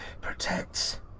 protects